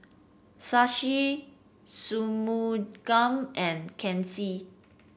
Shashi Shunmugam and Kanshi